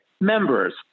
members